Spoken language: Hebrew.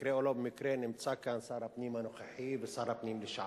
במקרה או לא במקרה נמצא כאן שר הפנים הנוכחי ושר הפנים לשעבר.